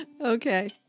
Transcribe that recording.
Okay